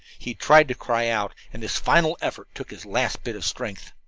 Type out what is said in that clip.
he tried to cry out, and this final effort took his last bit of strength.